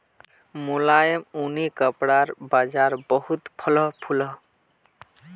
मुलायम ऊनि कपड़ार बाज़ार बहुत फलोहो फुलोहो